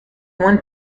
one